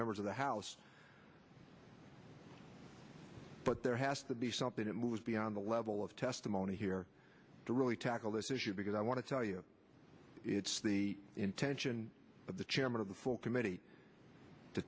members of the house but there has to be something that moves beyond the level of testimony here to really tackle this issue because i want to tell you it's the intention of the chairman of the full committee to